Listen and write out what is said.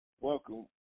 Welcome